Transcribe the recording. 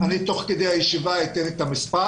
תוך כדי הישיבה אתן את המספר.